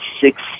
six